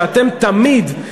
שאתם תמיד,